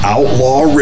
Outlaw